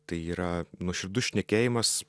tai yra nuoširdus šnekėjimas